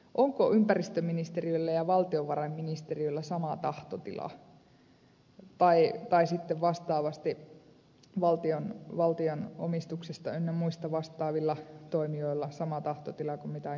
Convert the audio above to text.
onko ympäristöministeriöllä ja valtiovarainministeriöllä sama tahtotila tai sitten vastaavasti valtion omistuksista ynnä muista vastaavilla toimijoilla sama tahtotila kuin mitä on ympäristöpuolella